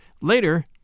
Later